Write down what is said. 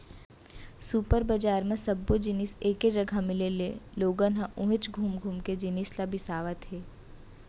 super बजार म सब्बो जिनिस एके जघा मिले ले लोगन ह उहेंच घुम घुम के जिनिस ल बिसावत हे